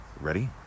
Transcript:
ready